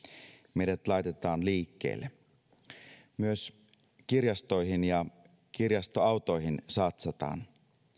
meidät laitetaan liikkeelle myös kirjastoihin ja kirjastoautoihin satsataan